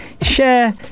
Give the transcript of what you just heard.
Share